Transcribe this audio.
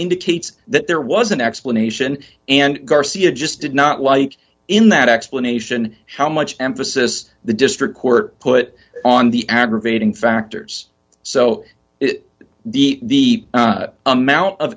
indicates that there was an explanation and garcia just did not like in that explanation how much emphasis the district court put on the aggravating factors so it the amount of